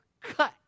cut